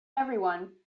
everyone